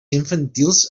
infantils